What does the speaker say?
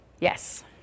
Yes